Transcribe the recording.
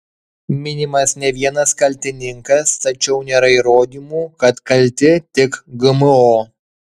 minimas ne vienas kaltininkas tačiau nėra įrodymų kad kalti tik gmo